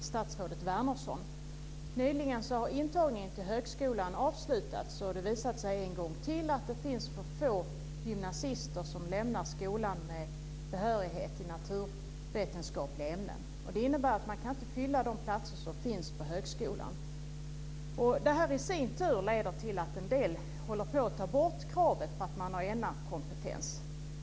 Fru talman! Jag skulle vilja ställa en fråga till statsrådet Wärnersson. Nyligen har intagningen till högskolan avslutats. Det har visat sig en gång till att det finns för få gymnasister som lämnar skolan med behörighet i naturvetenskapliga ämnen. Det innebär att man inte kan fylla de platser som finns på högskolan. Det här leder i sin tur till att en del håller på att ta bort kravet på att man har na-kompetens.